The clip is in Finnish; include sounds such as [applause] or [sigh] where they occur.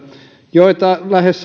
joita lähes [unintelligible]